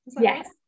yes